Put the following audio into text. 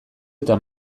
eta